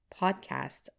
podcast